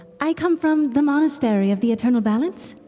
i come from the monastery of the eternal balance